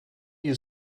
you